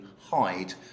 hide